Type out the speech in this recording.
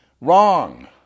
Wrong